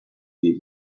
leave